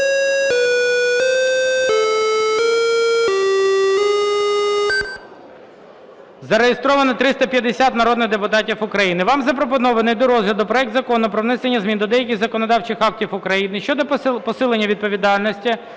Зареєстровано 350 народних депутатів України. Вам запропонований до розгляду проект Закону про внесення змін до деяких законодавчих актів України щодо посилення відповідальності